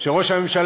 של ראש הממשלה,